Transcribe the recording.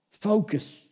Focus